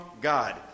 God